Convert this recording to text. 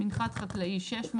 מנחת חקלאי - 600.